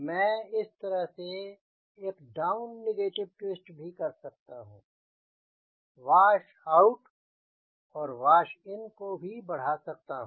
मैं इस तरह से एक डाउन नेगेटिव ट्विस्ट भी कर सकता हूँ वाश आउट और वाश इन को बढ़ा भी सकता हूँ